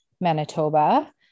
Manitoba